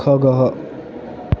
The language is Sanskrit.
खगः